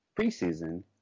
preseason